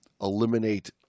eliminate